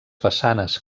façanes